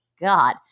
God